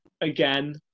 again